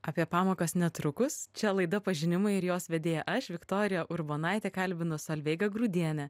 apie pamokas netrukus čia laida pažinimai ir jos vedėja aš viktorija urbonaitė kalbinu solveigą grudienę